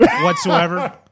whatsoever